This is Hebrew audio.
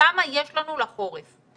כמה יש לנו לחורף.